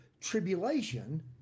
tribulation